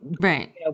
right